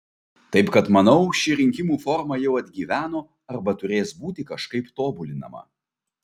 taip kad manau ši rinkimų forma jau atgyveno arba turės būti kažkaip tobulinama